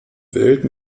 welt